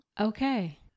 Okay